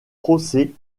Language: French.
procès